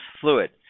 fluid